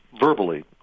verbally